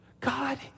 God